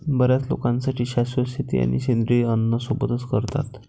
बर्याच लोकांसाठी शाश्वत शेती आणि सेंद्रिय अन्न सोबतच करतात